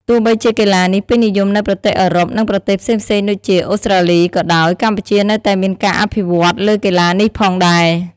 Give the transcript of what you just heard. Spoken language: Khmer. ទោះបីជាកីឡានេះពេញនិយមនៅប្រទេសអឺរ៉ុប និងប្រទេសផ្សេងៗដូចជា អូស្រ្តាលី ក៏ដោយ កម្ពុជានៅតែមានការអភិវឌ្ឍន៍លើកីឡានេះផងដែរ។